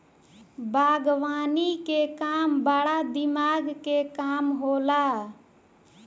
बागवानी के काम बड़ा दिमाग के काम होला